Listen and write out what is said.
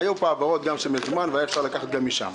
היו העברות גם של מזומן, והיה אפשר לקחת גם משם.